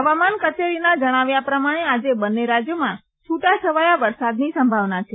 હવામાન કચેરીના જણાવ્યા પ્રમાણે આજે બંને રાજ્યોમાં છૂટા છવાયા વરસાદની સંભાવના છે